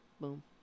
boom